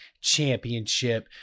championship